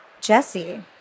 Jesse